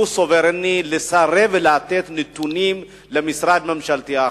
הוא סוברני לסרב לתת נתונים למשרד ממשלתי אחר?